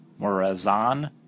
Morazan